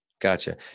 Gotcha